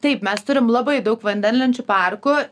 taip mes turim labai daug vandenlenčių parkų